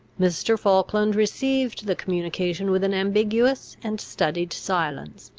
mr. falkland received the communication with an ambiguous and studied silence,